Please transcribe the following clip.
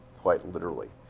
quite literally.